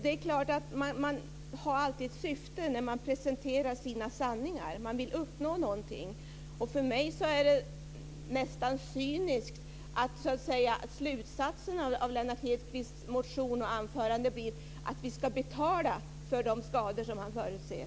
Det är klart att man alltid har ett syfte när man presenterar sina sanningar. Man vill uppnå någonting. För mig är det nästan cyniskt att slutsatserna av Lennart Hedquists motion och anförande blir att vi ska betala för de skador som han förutser.